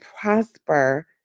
prosper